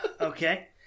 Okay